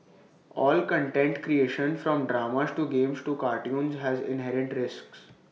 all content creation from dramas to games to cartoons has inherent risks